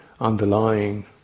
underlying